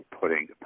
Putting